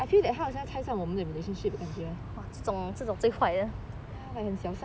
I feel that 她好像拆散我们的 relationship 的感觉 ya like